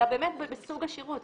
אלא באמת בסוג השירות.